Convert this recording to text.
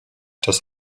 das